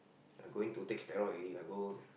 I going to take steroid already I go